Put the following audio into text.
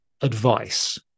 Advice